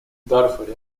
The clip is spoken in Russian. дарфуре